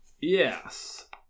Yes